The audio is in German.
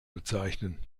bezeichnen